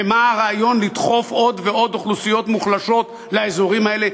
ומה הרעיון לדחוף עוד ועוד אוכלוסיות מוחלשות לאזורים האלה,